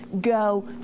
go